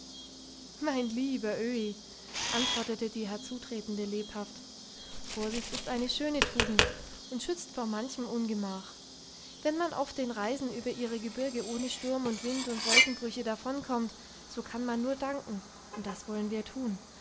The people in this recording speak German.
mein lieber öhi antwortete die herzutretende lebhaft vorsicht ist eine schöne tugend und schützt vor manchem ungemach wenn man auf den reisen über ihre gebirge ohne sturm und wind und wolkenbrüche davonkommt so kann man nur danken und das wollen wir tun